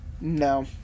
No